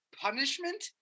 punishment